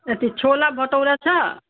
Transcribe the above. त्यो छोला भटौरा छ